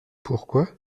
pourquoi